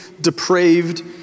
depraved